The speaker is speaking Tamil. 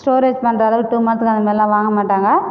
ஸ்டோரேஜ் பண்ணுறளவுக்கு டூ மந்த்துக்கு அந்த மாதிரிலாம் வாங்க மாட்டாங்கள்